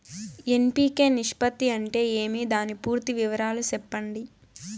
NPK నిష్పత్తి అంటే ఏమి దాని పూర్తి వివరాలు సెప్పండి?